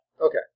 Okay